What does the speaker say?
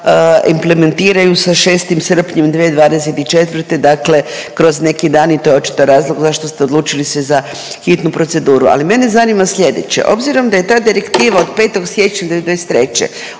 implementiraju sa 6. srpnjem 2024. dakle kroz neki dan i to je očito razlog zašto ste odlučili se za hitnu proceduru. Ali mene zanima slijedeće, obzirom da je ta direktiva od 5. siječnja 2023.,